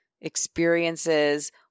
experiences